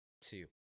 two